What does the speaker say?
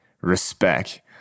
Respect